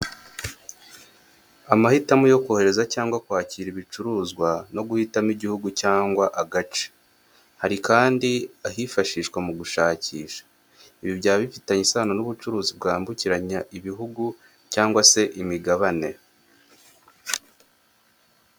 Amahitamo yo kohereza cyangwa kwakira ibicuruzwa no guhitamo igihugu cyangwa agace, hari kandi ahifashishwa mu gushakisha. Ibi byaba bifitenye isano n'ubucuruzi bwambukiranya ibihugu cyangwa se imigabane.